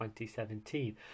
2017